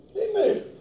Amen